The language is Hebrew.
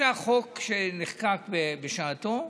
זה החוק שנחקק בשעתו.